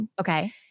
Okay